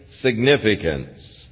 significance